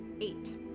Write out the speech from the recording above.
eight